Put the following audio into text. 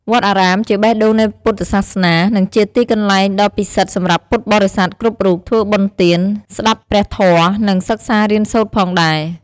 វត្តអារាម ជាបេះដូងនៃពុទ្ធសាសនា និងជាទីកន្លែងដ៏ពិសិដ្ឋសម្រាប់ពុទ្ធបរិស័ទគ្រប់រូប ធ្វើបុណ្យទាន ស្ដាបព្រះធម៏ និង សិក្សារៀនសូត្រផងដែរ។